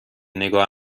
نگاه